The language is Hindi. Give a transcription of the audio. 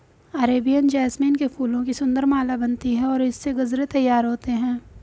अरेबियन जैस्मीन के फूलों की सुंदर माला बनती है और इससे गजरे तैयार होते हैं